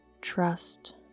trust